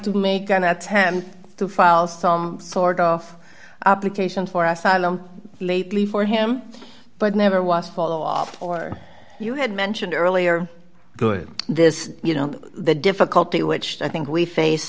to make an attempt to file some sort of application for asylum lately for him but never was a follow up or you had mentioned earlier good this you know the difficulty which i think we face